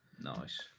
Nice